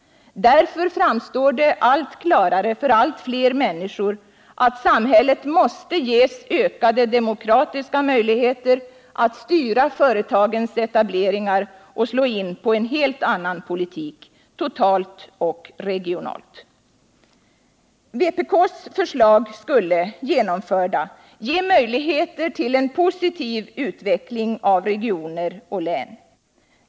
Därför framstår det allt klarare för allt fler människor att samhället måste ges ökade demokratiska möjligheter att styra företagens etableringar och slå in på en helt annat politik totalt och regionalt. Vpk:s förslag skulle, genomförda, ge möjligheter till en positiv utveckling av regioner och län.